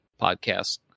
podcast